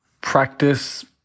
practice